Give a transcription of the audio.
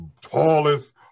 tallest